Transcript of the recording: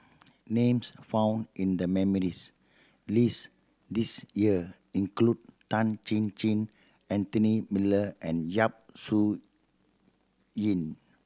names found in the nominees' list this year include Tan Chin Chin Anthony Miller and Yap Su Yin